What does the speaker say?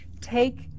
take